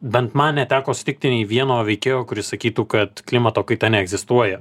bent man neteko sutikti nei vieno veikėjo kuris sakytų kad klimato kaita neegzistuoja